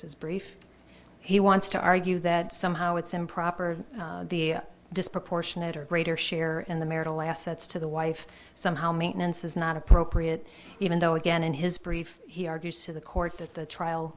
's brief he wants to argue that somehow it's improper the disproportionate or greater share in the marital assets to the wife somehow maintenance is not appropriate even though again in his brief he argues to the court that the trial